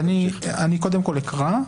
אני קודם כול אקרא,